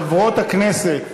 חברות הכנסת.